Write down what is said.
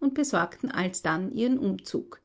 und besorgten alsdann ihren umzug